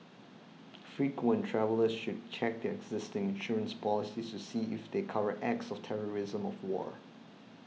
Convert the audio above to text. frequent travellers should check their existing insurance policies to see if they cover acts of terrorism or war